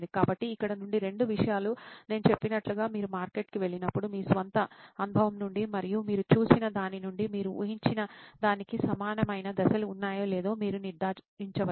కాబట్టి ఇక్కడ నుండి రెండు విషయాలు నేను చెప్పినట్లుగా మీరు మార్కెట్కు వెళ్లినప్పుడు మీ స్వంత అనుభవం నుండి మరియు మీరు చూసిన దాని నుండి మీరు ఊహించిన దానికి సమానమైన దశలు ఉన్నాయో లేదో మీరు నిర్ధారించవచ్చు